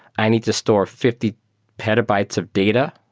i need to store fifty petabytes of data.